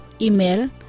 Email